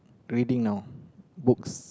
reading on books